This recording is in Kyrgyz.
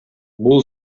бул